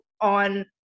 on